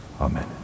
Amen